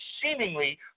seemingly